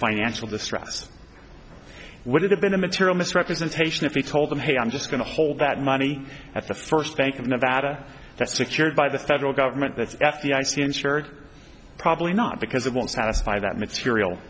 financial distress would it have been a material misrepresentation if he told them hey i'm just going to hold that money at the first bank of nevada that's secured by the federal government that's at the i c insured probably not because it won't satisfy that material